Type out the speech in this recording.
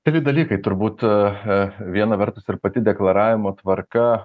keli dalykai turbūt aha viena vertus ir pati deklaravimo tvarka